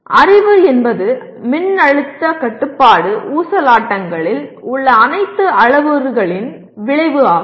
அறிவு என்பது மின்னழுத்த கட்டுப்பாட்டு ஊசலாட்டங்களில் உள்ள அனைத்து அளவுருக்களின் விளைவு ஆகும்